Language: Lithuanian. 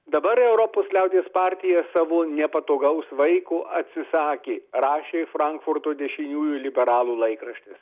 dabar europos liaudies partija savo nepatogaus vaiko atsisakė rašė frankfurto dešiniųjų liberalų laikraštis